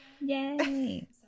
Yay